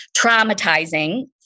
traumatizing